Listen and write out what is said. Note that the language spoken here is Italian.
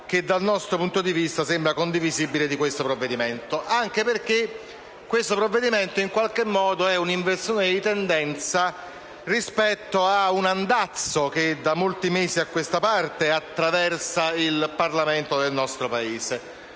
che dal nostro punto di vista sembra condivisibile su questo provvedimento. Questo provvedimento è un'inversione di tendenza rispetto a un andazzo che da molti mesi a questa parte attraversa il Parlamento del nostro Paese.